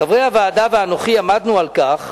חברי הוועדה ואנוכי עמדנו על כך